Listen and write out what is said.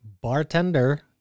bartender